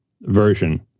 version